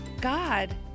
God